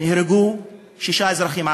נהרגו שישה אזרחים ערבים,